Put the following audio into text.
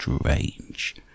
strange